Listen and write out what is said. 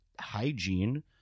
hygiene